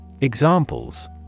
Examples